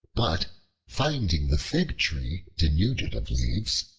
but finding the fig-tree denuded of leaves,